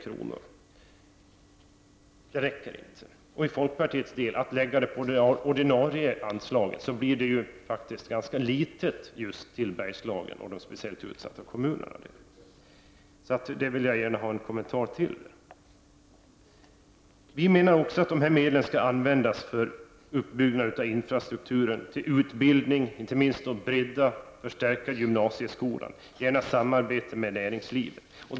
Att som folkpartiet gör, lägga pengarna på det ordinarie anslaget, ger faktiskt ganska litet just till Bergslagen och de speciellt utsatta kommunerna där. Jag vill gärna ha en kommentar om detta. Vi menar också att dessa medel skall användas för uppbyggnad av infrastrukturen, till utbildning, inte minst för att bredda och förstärka gymnasieskolan, gärna i samarbete med näringslivet.